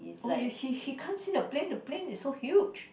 oh he he can't see the plane the plane is so huge